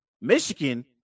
Michigan